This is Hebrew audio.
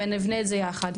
ונבנה את זה יחד.